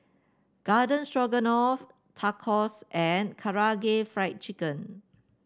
Garden Stroganoff Tacos and Karaage Fried Chicken